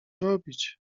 robić